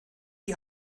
die